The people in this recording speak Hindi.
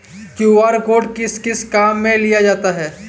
क्यू.आर कोड किस किस काम में लिया जाता है?